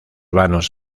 vanos